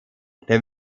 der